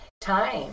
Time